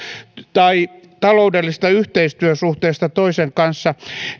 tai taloudellista yhteistyösuhteesta toisen kanssa